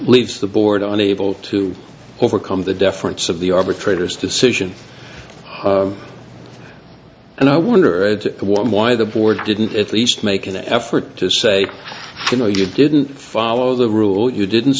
leaves the board on able to overcome the deference of the arbitrator's decision and i wonder why the board didn't at least make an effort to say you know you didn't follow the rule you didn't